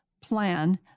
plan